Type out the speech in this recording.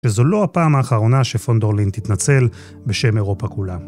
וזו לא הפעם האחרונה שפונדורלין תתנצל בשם אירופה כולה.